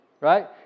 right